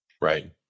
Right